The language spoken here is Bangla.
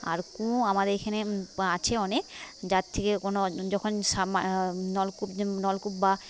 আর কুয়ো আমাদের এখানে বা আছে অনেক যার থেকে কোনো যখন নলকূপ মা বা